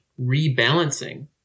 rebalancing